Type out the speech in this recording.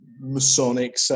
Masonic